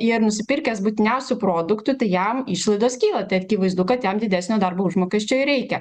ir nusipirkęs būtiniausių produktų tai jam išlaidos kyla tai akivaizdu kad jam didesnio darbo užmokesčio ir reikia